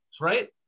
right